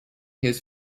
his